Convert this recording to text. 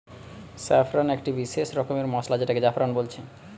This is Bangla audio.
স্যাফরন একটি বিসেস রকমের মসলা যেটাকে জাফরান বলছে